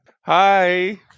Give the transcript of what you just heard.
Hi